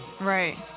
Right